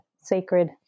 sacred